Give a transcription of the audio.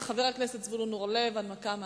של חבר הכנסת זבולון אורלב, הנמקה מהמקום,